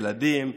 ילדים,